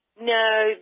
No